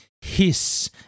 hiss